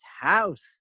house